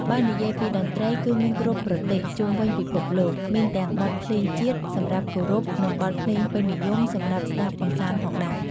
បើនិយាយពីតន្រ្តីគឺមានគ្រប់ប្រទេសជុំវិញពិភពលោក មានទាំងបទភ្លេងជាតិសម្រាប់គោរពនឹងបទភ្លេងពេញនិយមសម្រាប់ស្តាប់កម្សាន្តផងដែរ។